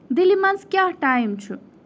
دِلہِ منٛز کیٛاہ ٹایم چھُ